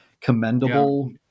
commendable